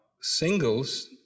singles